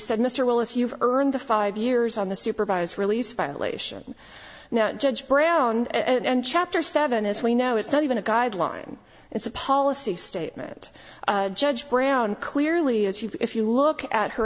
said mr willis you've earned the five years on the supervised release violation now judge brown and chapter seven as we know it's not even a guideline it's a policy statement judge brown clearly if you look at her